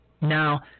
Now